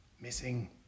missing